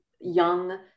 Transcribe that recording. young